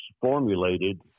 formulated